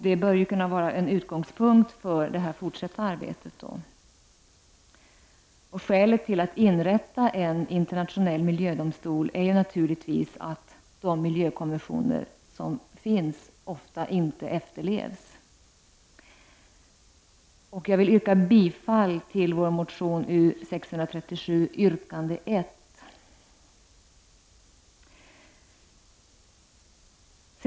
Det bör kunna vara en utgångspunkt för det fortsatta arbetet. Skälet till att inrätta en internationell miljödomstol är naturligtvis att de miljökonventioner som finns ofta inte efterlevs. Jag vill yrka bifall till vår motion U637, yrkande 1.